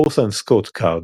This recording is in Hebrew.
אורסון סקוט קארד,